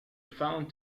found